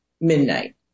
midnight